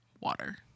water